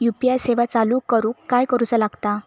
UPI सेवा चालू करूक काय करूचा लागता?